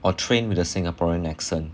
or train with a singaporean accent